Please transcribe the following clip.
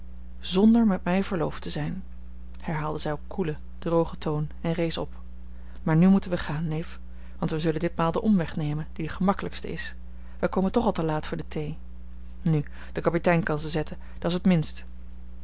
zonder met mij verloofd te zijn herhaalde zij op koelen drogen toon en rees op maar nu moeten wij gaan neef want wij zullen ditmaal den omweg nemen die de gemakkelijkste is wij komen toch al te laat voor de thee nu de kapitein kan ze zetten dat's het minst